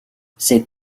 cette